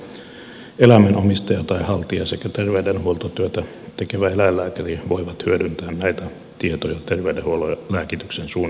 eläimen omistaja tai haltija sekä terveydenhuoltotyötä tekevä eläinlääkäri voivat hyödyntää näitä tietoja terveydenhuollon lääkityksen suunnittelussa